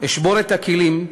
אשבור את הכלים.